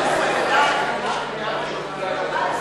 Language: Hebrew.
(תיקון מס' 6) (העלאת גיל הנישואין המותר),